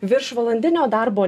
viršvalandinio darbo